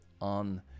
on